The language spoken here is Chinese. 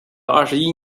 二十一